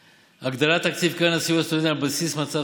הגדלת תקציב קרן הסיוע לסטודנטים על בסיס מצב